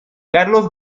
carlos